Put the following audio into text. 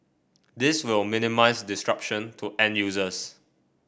this will minimize disruption to end users